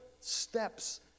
steps